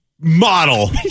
model